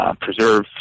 preserve